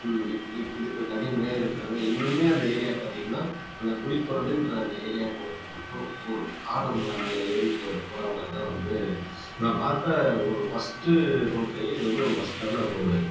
இதுக்கு தனி மேயர் இருக்காங்க இன்னுமே அது ஏரியா பாத்திங்கனா அந்த புலிக்கொறடுன்ற அந்த ஏரியா போகறத்துக்கு மட்டும் ஒரு காடு மலை மேலே ஏறி போகிற போகிறா மாதிரி தான் வந்து நான் பார்த்த ஒரு ஒஸ்ட் ரோடிலயே இது ஒரு ஒஸ்ட்டான ரோடு